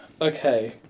Okay